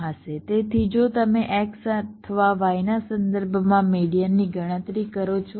તેથી જો તમે x અથવા y ના સંદર્ભમાં મેડીઅનની ગણતરી કરો છો